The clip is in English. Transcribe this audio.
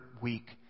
week